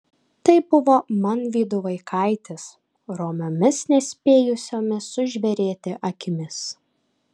tai buvo manvydų vaikaitis romiomis nespėjusiomis sužvėrėti akimis